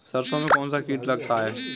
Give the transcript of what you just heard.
सरसों में कौनसा कीट लगता है?